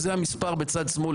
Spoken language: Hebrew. זה המספר בצד שמאל,